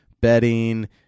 bedding